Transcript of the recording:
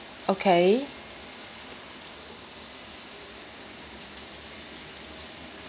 okay